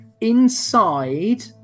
inside